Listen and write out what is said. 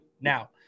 now